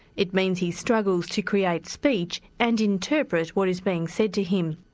it means he struggles to create speech and interpret what is being said to him.